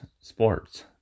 sports